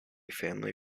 family